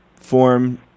form